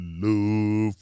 love